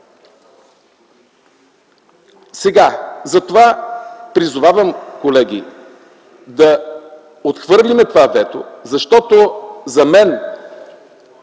права? Затова призовавам, колеги, да отхвърлим това вето, защото за мен